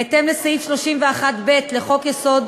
בהתאם לסעיף 31(ב) לחוק-יסוד: